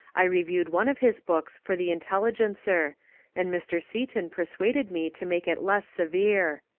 i reviewed one of his books for the intelligencer and mr. seaton persuaded me to make it less severe.